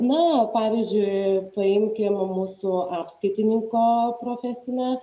na pavyzdžiui paimkim mūsų apskaitininko profesinę